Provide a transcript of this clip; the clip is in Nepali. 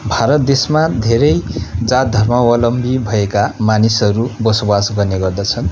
भारत देशमा धेरै जात धर्मावलम्बी भएका मानिसहरू बसोवास गर्ने गर्दछन्